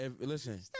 listen